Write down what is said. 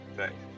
Thanks